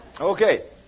Okay